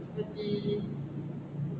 the theme